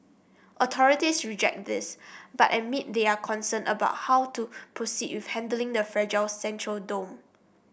authorities reject this but admit they are concerned about how to proceed with handling the fragile central dome